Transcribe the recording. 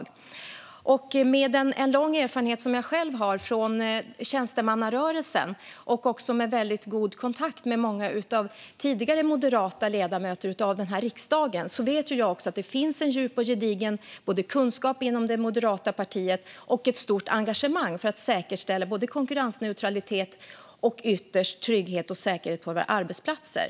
I och med den långa erfarenhet jag själv har från tjänstemannarörelsen, och i och med en väldigt god kontakt med många tidigare moderata ledamöter av den här riksdagen, vet jag att det inom det moderata partiet finns både en djup och gedigen kunskap och ett stort engagemang för att säkerställa konkurrensneutralitet och, ytterst, trygghet och säkerhet på våra arbetsplatser.